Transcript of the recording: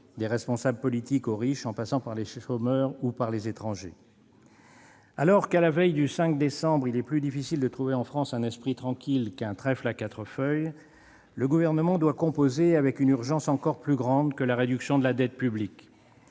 des responsables politiques aux riches, en passant par les chômeurs et les étrangers. Alors que, à la veille du 5 décembre, il est plus difficile de trouver en France un esprit tranquille qu'un trèfle à quatre feuilles, le Gouvernement doit composer avec une urgence plus grande encore que la réduction de la dette publique